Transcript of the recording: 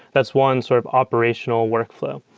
that's one sort of operational workflow.